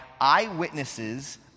eyewitnesses